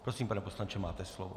Prosím, pane poslanče, máte slovo.